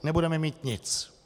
Nebudeme mít nic.